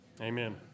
amen